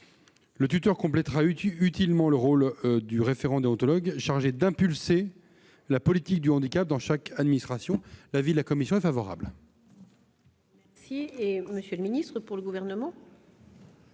Le tuteur complétera utilement le rôle du référent déontologue chargé d'impulser la politique du handicap dans chaque administration. La commission y est favorable. Quel est l'avis du Gouvernement ?